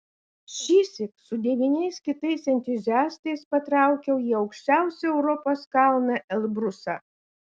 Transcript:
šįsyk su devyniais kitais entuziastais patraukiau į aukščiausią europos kalną elbrusą